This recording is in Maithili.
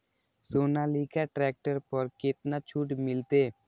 सोनालिका ट्रैक्टर पर केतना छूट मिलते?